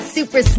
Super